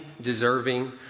deserving